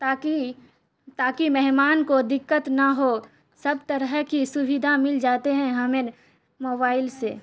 تا کہ تا کہ مہمان کو دقت نہ ہو سب طرح کی سویدھا مل جاتے ہیں ہمیں موبائل سے